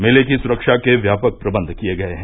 मेले की ँ सुरक्षा के व्यापक प्रबंध किये गये हैं